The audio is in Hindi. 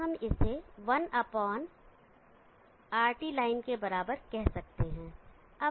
तो हम इसे 1RT लाइन के बराबर कह सकते हैं